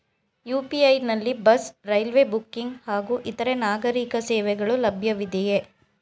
UPI ನಲ್ಲಿ bus, railway booking ಹಾಗೂ ಇತರೆ ನಾಗರೀಕ ಸೇವೆಗಳು ಲಭ್ಯವಿದೆಯೇ?